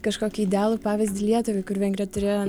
kažkokį idealų pavyzdį lietuvai kur vengrija turi